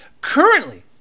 Currently